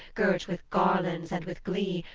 girt with garlands and with glee,